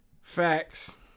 Facts